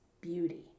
beauty